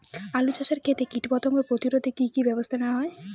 আলু চাষের ক্ষত্রে কীটপতঙ্গ প্রতিরোধে কি কী ব্যবস্থা নেওয়া হয়?